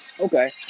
Okay